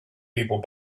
people